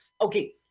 okay